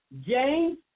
James